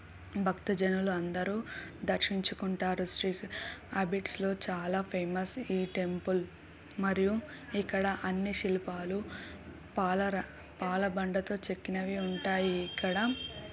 భక్త జనులు అందరూ దర్శించుకుంటారు శ్రీ అబిడ్స్లో చాలా ఫేమస్ ఈ టెంపుల్ మరియు ఇక్కడ అన్ని శిల్పాలు పాలరా పాలబండతో చెక్కినవి ఉంటాయి ఇక్కడ